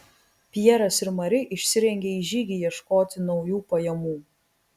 pjeras ir mari išsirengė į žygį ieškoti naujų pajamų